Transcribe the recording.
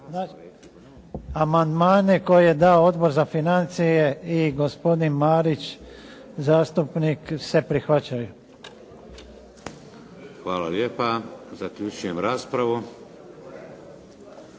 sam. Amandmane koje je dao Odbor za financije i gospodin Marić, zastupnik, se prihvaćaju. **Šeks, Vladimir (HDZ)** Hvala lijepa. Zaključujem raspravu.